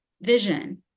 vision